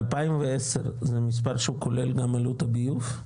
ב-2010 זה מספר שהוא כולל גם עלות הביוב?